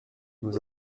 nous